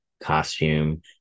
costume